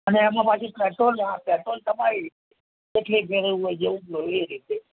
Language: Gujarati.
અને એમાં પાછું પેટ્રોલ હા પેટ્રોલ તમારી રીતે જેટલી જરુર હોય જવું હોય એ રીતે